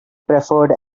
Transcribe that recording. preferred